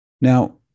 Now